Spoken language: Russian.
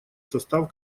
состав